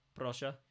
Proszę